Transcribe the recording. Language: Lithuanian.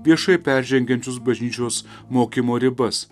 viešai peržengiančius bažnyčios mokymo ribas